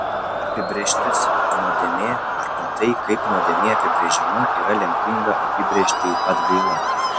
apibrėžtis nuodėmė arba tai kaip nuodėmė apibrėžiama yra lemtinga apibrėžčiai atgaila